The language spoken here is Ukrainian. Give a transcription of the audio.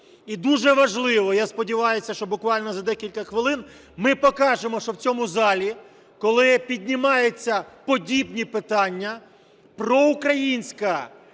І дуже важливо, я сподіваюсь, що буквально за декілька хвилин ми покажемо, що в цьому залі, коли піднімаються подібні питання, проукраїнська